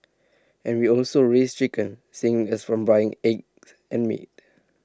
and we also raise chickens saving us from buying eggs and meat